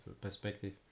perspective